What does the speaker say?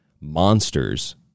monsters